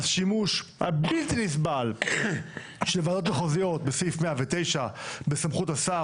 השימוש הבלתי נסבל של ועדות מחוזיות בסעיף 109 בסמכות השר,